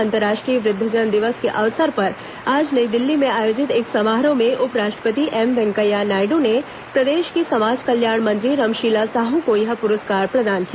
अंतर्राष्ट्रीय वृद्वजन दिवस के अवसर पर आज नई दिल्ली में आयोजित एक समारोह में उप राष्ट्रपति एम वेंकैया नायडू ने प्रदेश की समाज कल्याण मंत्री रमशीला साहू को यह पुरस्कार प्रदान किया